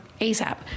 ASAP